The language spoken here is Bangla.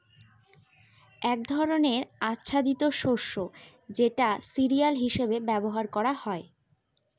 এক ধরনের আচ্ছাদিত শস্য যেটা সিরিয়াল হিসেবে ব্যবহার করা হয়